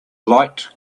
light